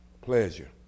pleasure